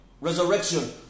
Resurrection